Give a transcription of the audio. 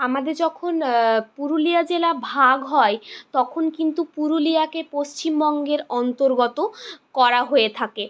আমাদের যখন পুরুলিয়া জেলা ভাগ হয় তখন কিন্তু পুরুলিয়াকে পশ্চিমবঙ্গের অন্তর্গত করা হয়ে থাকে